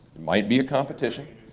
might be a competition.